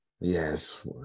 yes